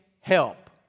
help